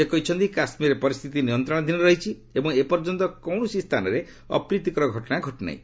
ସେ କହିଛନ୍ତି କାଶ୍ମୀରରେ ପରିସ୍ଥିତି ନିୟନ୍ତ୍ରଣାଧୀନ ରହିଛି ଏବଂ ଏପର୍ଯ୍ୟନ୍ତ କୌଣସି ସ୍ଥାନରେ ଅପ୍ରୀତିକର ଘଟଣା ଘଟିନାହିଁ